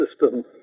system